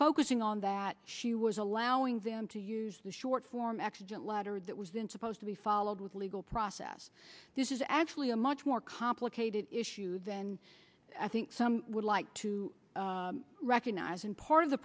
focusing on that she was allowing them to use the short form exigent letter that was then supposed to be followed with legal process this is actually a much more complicated issue than i think some would like to recognize and part of the